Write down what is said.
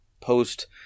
post